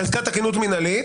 חזקת תקינות מינהלית,